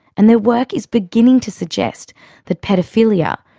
and their work is beginning to suggest that paedophilia,